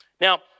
Now